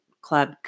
club